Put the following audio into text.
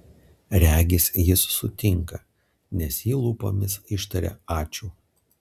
regis jis sutinka nes ji lūpomis ištaria ačiū